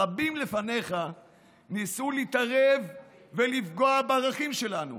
רבים לפניך ניסו להתערב ולפגוע בערכים שלנו